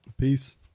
Peace